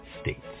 States